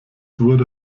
wurde